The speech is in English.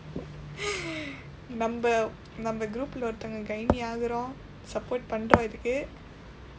நம்ம நம்ம:namma namma group-lae gynae ஆகுறோம்:aakuroom support பன்றோம் இதுக்கு:panroom ithukku